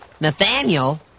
Nathaniel